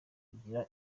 hagira